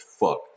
fuck